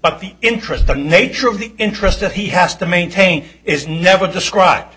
but the interest the nature of the interest that he has to maintain is never described